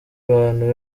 bantu